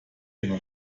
dem